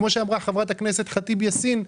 כמו שאמרה חברת הכנסת ח'טיב יאסין,